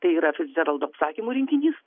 tai yra fidzeraldo apsakymų rinkinys